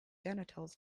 genitals